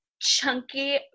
chunky